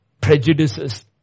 prejudices